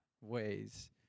ways